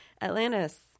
Atlantis